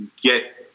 get